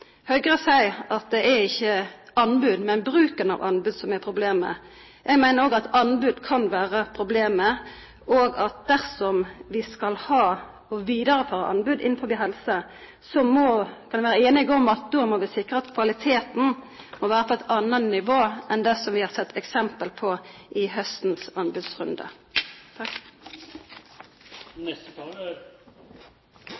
Høyre sier at det ikke er anbud, men bruken av anbud som er problemet. Jeg mener at også anbud kan være problemet, og at dersom vi skal ha og videreføre anbud innenfor helse, må vi være enige om at vi da må sikre at kvaliteten er på et annet nivå enn det vi har sett eksempel på i høstens anbudsrunde.